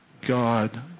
God